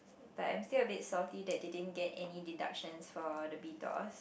but I'm still a bit salty that they didn't get any deductions for the B toss